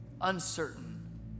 Uncertain